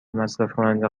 مصرفکننده